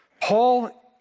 Paul